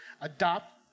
Adopt